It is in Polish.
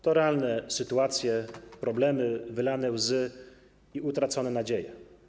To realne sytuacje, problemy, wylane łzy i utracone nadzieje.